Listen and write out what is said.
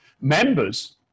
members